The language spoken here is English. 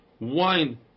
wine